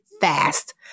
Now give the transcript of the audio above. fast